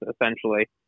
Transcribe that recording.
essentially